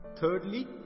thirdly